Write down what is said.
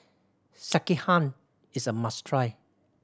sekihan is a must try